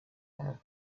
have